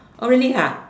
really